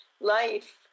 life